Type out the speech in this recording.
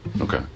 Okay